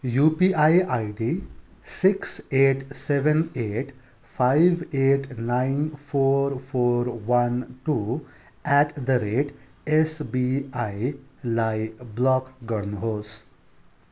UPI ID six eight seven eight five eight nine four four one two eight the rate एसबिआईलाई block गर्नुहोस्